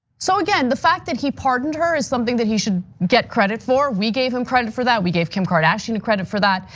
so again, the fact that he pardoned her is something that he should get credit for. we gave him credit for that. we gave kim kardashian credit for that.